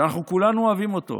שאנחנו כולנו אוהבים אותו,